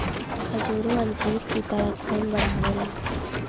खजूरो अंजीर की तरह खून बढ़ावेला